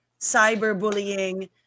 cyberbullying